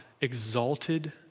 exalted